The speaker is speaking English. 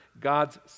God's